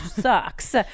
sucks